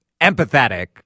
empathetic